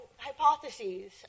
hypotheses